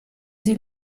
sie